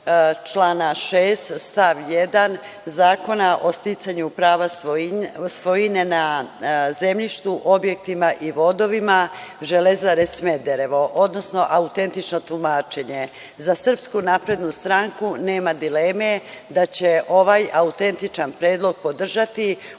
člana 6. stav 1. Zakona o sticanju prava svojine na zemljištu, objektima i vodovima „Železare Smederevo“, odnosno autentično tumačenje. Za SNS nema dileme da će ovaj autentičan predlog podržati upravo